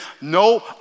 no